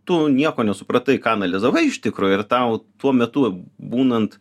tu nieko nesupratai ką analizavai iš tikro ir tau tuo metu būnant